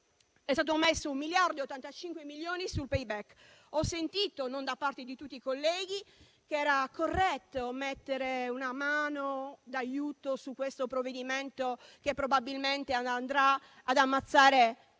stati messi un miliardo e 85 milioni *payback*. Ho sentito, da parte non di tutti i colleghi, che era corretto mettere un aiuto su questo provvedimento che probabilmente andrà ad ammazzare